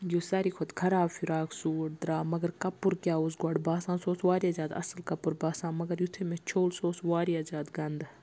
یُس ساروی کھۄتہٕ خراب فراک سوٗٹ درٛاو مگر کَپُر کیٛاہ اوس گۄڈٕ باسان سُہ اوس واریاہ زیادٕ اَصٕل کَپُر باسان مگر یُتھٕے مےٚ چھوٚل سُہ اوس واریاہ زیادٕ گَنٛدٕ